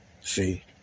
See